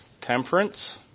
temperance